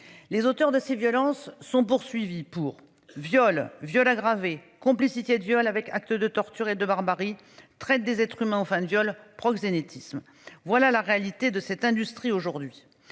Les auteurs de ces violences sont poursuivis pour viol viols aggravés, complicité de viol avec actes de torture et de barbarie traite des être s'humains enfin de viols, proxénétisme. Voilà la réalité de cette industrie aujourd'hui.